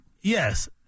Yes